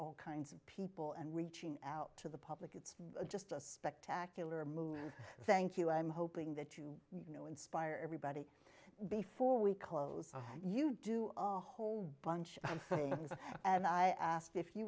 all kinds of people and reaching out to the pockets of just a spectacular move thank you i'm hoping that you you know inspire everybody before we close you do a whole bunch of things and i asked if